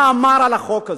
מה הוא אמר על החוק הזה.